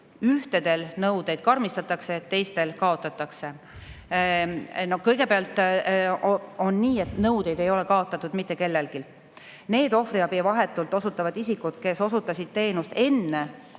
ühtedel nõudeid karmistatakse ja teistel kaotatakse?" Kõigepealt on nii, et nõudeid ei ole kaotatud mitte kellelgi. Need ohvriabi vahetult osutavad isikud, kes osutasid teenust enne